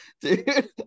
dude